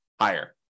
higher